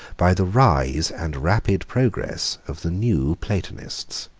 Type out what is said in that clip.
by the rise and rapid progress of the new platonists.